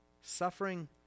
Suffering